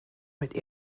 mit